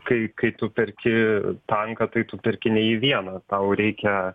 kai kai tu perki tanką tai tu perki ne į vieną tau reikia